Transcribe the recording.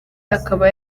akaba